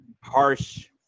harsh